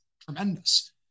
tremendous